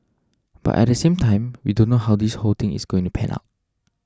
but at the same time we don't know how this whole thing is going to pan out